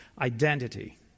identity